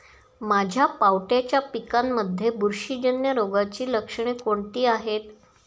माझ्या पावट्याच्या पिकांमध्ये बुरशीजन्य रोगाची लक्षणे कोणती आहेत?